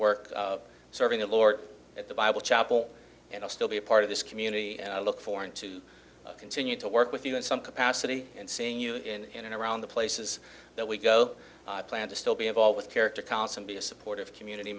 work serving the lord at the bible chapel and i'll still be a part of this community and i look forward to continue to work with you in some capacity and seeing you in and around the places that we go plan to still be of all with character counts and be a supportive community